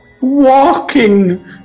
walking